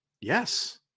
yes